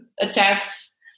attacks